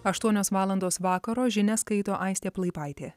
aštuonios valandos vakaro žinias skaito aistė plaipaitė